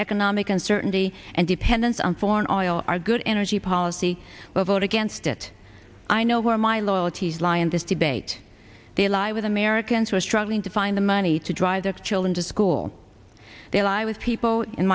economic uncertainty and dependence on foreign oil are good energy policy will vote against it i know where my loyalties lie in this debate they lie with americans who are struggling to find the money to drive their children to school they lie with people in